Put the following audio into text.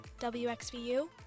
WXVU